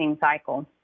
cycle